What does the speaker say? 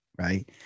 right